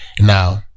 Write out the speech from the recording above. now